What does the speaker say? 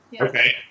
Okay